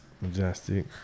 Majestic